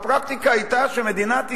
והפרקטיקה היתה שמדינת ישראל,